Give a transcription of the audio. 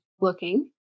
looking